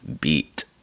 beat